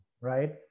right